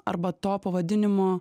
arba to pavadinimo